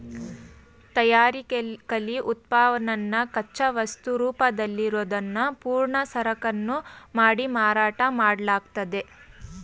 ತಯಾರಿಕೆಲಿ ಉತ್ಪನ್ನನ ಕಚ್ಚಾವಸ್ತು ರೂಪದಲ್ಲಿರೋದ್ನ ಪೂರ್ಣ ಸರಕನ್ನು ಮಾಡಿ ಮಾರಾಟ ಮಾಡ್ಲಾಗ್ತದೆ